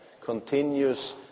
continues